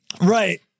Right